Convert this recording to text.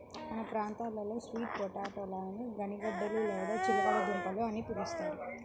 మన ప్రాంతంలో స్వీట్ పొటాటోలని గనిసగడ్డలు లేదా చిలకడ దుంపలు అని పిలుస్తారు